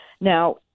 Now